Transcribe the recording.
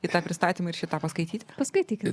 į tą pristatymą ir šį tą paskaityt paskaitykit